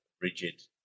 rigid